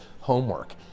homework